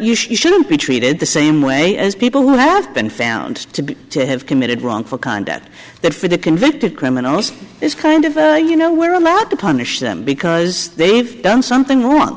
you shouldn't be treated the same way as people who have been found to be to have committed wrongful conduct that for the convicted criminals this kind of you know we're allowed to punish them because they've done something wrong